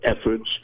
efforts